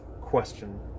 question